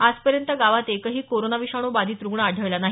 आजपर्यंत गावात एकही कोरोना विषाणू बाधित रुग्ण आढळला नाही